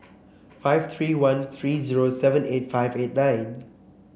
five three one three zero seven eight five eight nine